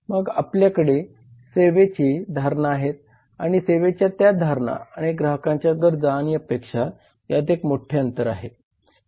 मग आपल्याकडे सेवेच्या धारणा आहेत आणि सेवेच्या त्या धारणा आणि ग्राहकांच्या गरजा आणि अपेक्षा यात एक मोठे अंतर आहे